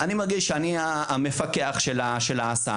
אני מרגיש שאני המפקח של ההסעה.